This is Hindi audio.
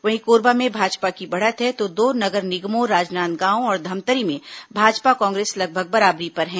वहीं कोरबा में भाजपा की बढ़त है तो दो नगर निगमों राजनांदगांव और धमतरी में भाजपा कांग्रेस लगभग बराबरी पर हैं